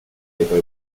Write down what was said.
dietro